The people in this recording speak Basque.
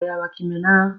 erabakimena